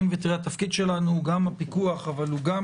התפקיד שלנו הוא גם הפיקוח אבל הוא גם